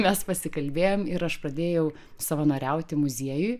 mes pasikalbėjom ir aš pradėjau savanoriauti muziejuj